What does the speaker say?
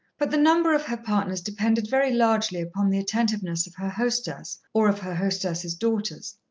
but the number of her partners depended very largely upon the attentiveness of her hostess or of her hostess's daughters.